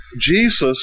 Jesus